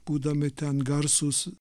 būdami ten garsūs